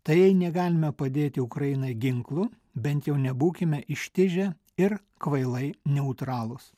tai jei negalime padėti ukrainai ginklu bent jau nebūkime ištižę ir kvailai neutralūs